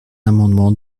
amendement